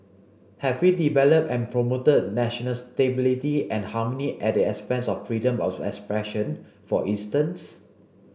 have we developed and promoted national stability and harmony at the expense of freedom of expression for instance